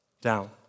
Down